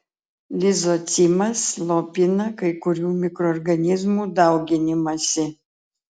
lizocimas slopina kai kurių mikroorganizmų dauginimąsi